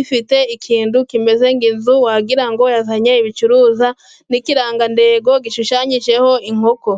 ifite ikintu kimeze nk'inzu wagirango ngo yazanye ibicuruzwa, n'ikirangantengo gishushanyijeho inkoko.